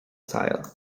style